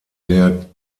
der